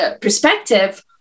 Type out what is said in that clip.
Perspective